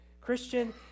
Christian